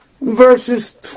verses